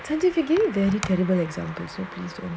scientifically very terrible example so peaceful